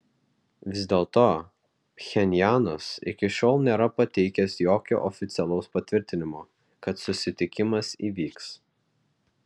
vis dėlto pchenjanas iki šiol nėra pateikęs jokio oficialaus patvirtinimo kad susitikimas įvyks